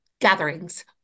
gatherings